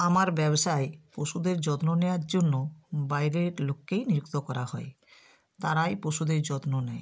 আমার ব্যবসায় পশুদের যত্ন নেওয়ার জন্য বাইরের লোককেই নিযুক্ত করা হয় তারাই পশুদের যত্ন নেয়